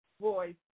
voice